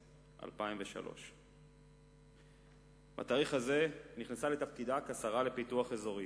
2003. בתאריך הזה היא נכנסה לתפקידה כשרה לפיתוח אזורי.